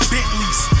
Bentleys